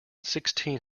sixteen